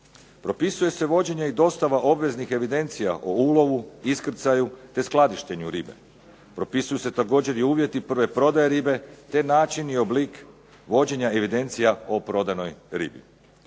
Propisuje se vođenje i dostava obveznih evidencija o ulovu, iskrcaju te skladištenju ribe. Propisuju se također i uvjeti prve prodaje ribe te način i oblik vođenja evidencija o prodanoj ribi.